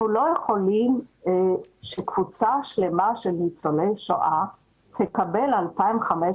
אי אפשר שקבוצה שלמה של ניצולי שואה תקבל 2,500